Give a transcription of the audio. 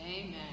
Amen